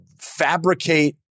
fabricate